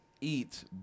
eat